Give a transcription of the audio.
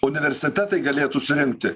universitetai galėtų surinkti